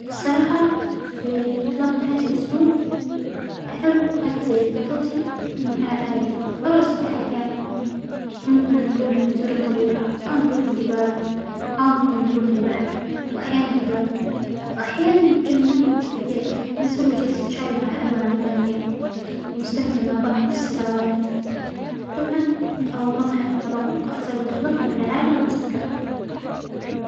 الصراحة في عطلات نهاية الأسبوع أحب أجظى عطلتى مع العائلة أو الأصدجاء أحيانا، ممكن نروح نزور الطبيعة، أو نروح الجبال، أو ممكن نروح البحر وأحيانا البر، وأحيانا نتجمع في بيت ونسوى جلسة شاى مع حلوي عمانية ونستمتع مع بعض بال طبعا أو نضحك مع بعض، أفظل اللحظات مع العائلة والأصدجاء.